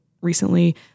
recently